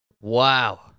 Wow